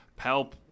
Palp